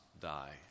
die